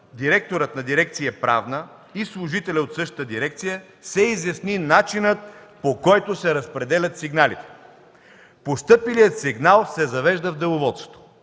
директора на дирекция „Правна” и служители от същата дирекция се изясни начинът, по който се разпределят сигналите. Постъпилият сигнал се завежда в деловодството.